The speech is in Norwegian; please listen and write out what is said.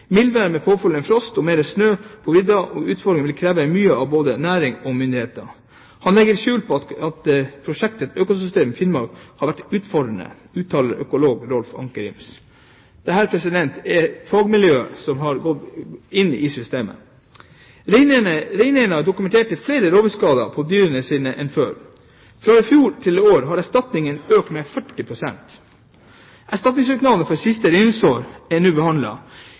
Mildvær med påfølgende frost eller mer snø på vidda er utfordringer som vil kreve mye av både næring og myndigheter Økolog Rolf Anker Ims legger ikke skjul på at prosjektet Økosystem Finnmark har vært utfordrende. Dette er fagmiljøet som har gått inn i systemet. Reineierne dokumenterer flere rovviltskader på dyrene sine enn før. Fra i fjor til i år har erstatningen økt med 40 pst. Erstatningssøknadene for siste reindriftsår er